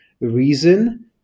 reason